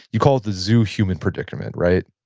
you call it the zoo human predicament, right?